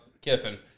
Kiffin